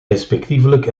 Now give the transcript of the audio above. respectievelijk